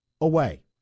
away